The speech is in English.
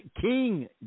King